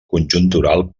conjuntural